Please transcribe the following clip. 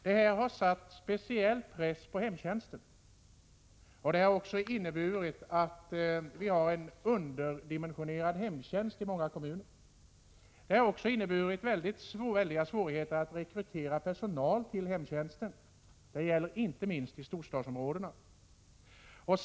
Det här har satt speciell press på hemtjänsten, och det har inneburit att många kommuner har en underdimensionerad hemtjänst. Det har också inneburit väldiga svårigheter att rekrytera personal till hemtjänsten, inte minst i storstadsområdena.